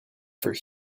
for